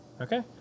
Okay